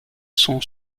sont